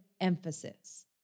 emphasis